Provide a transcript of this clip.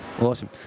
Awesome